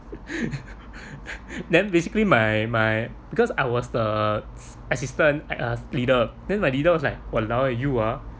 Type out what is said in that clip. then basically my my because I was the assistant uh leader then my leader was like !walao! you !huh!